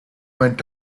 went